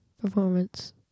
performance